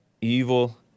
Evil